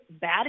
bad